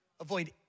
Avoid